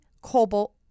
Cobalt